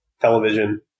television